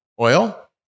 oil